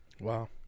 Wow